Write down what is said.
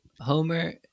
Homer